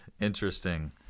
Interesting